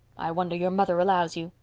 i wonder your mother allows you.